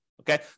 Okay